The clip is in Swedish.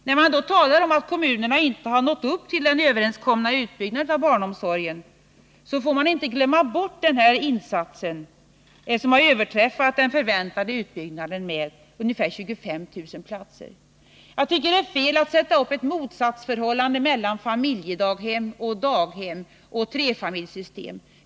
När man talar om att kommunerna inte har nått upp till den överenskomna utbyggnaden av barnomsorgen får man inte glömma bort den insatsen, som har överträffat den förväntade utbyggnaden med ungefär 25 000 platser. Jag tycker det är fel att sätta upp ett motsatsförhållande mellan familjedaghem, daghem och trefamiljssystem.